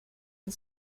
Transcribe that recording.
and